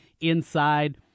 inside